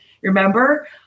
Remember